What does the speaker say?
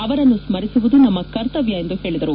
ಅವರನ್ನು ಸ್ಮರಿಸುವುದು ನಮ್ಮ ಕರ್ತವ್ಯ ಎಂದು ಹೇಳಿದರು